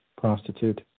prostitute